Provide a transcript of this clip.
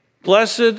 blessed